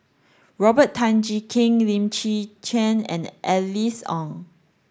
Robert Tan Jee Keng Lim Chwee Chian and Alice Ong